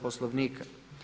Poslovnika.